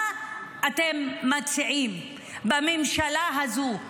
מה אתם מציעים בממשלה הזאת?